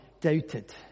doubted